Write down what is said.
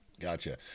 Gotcha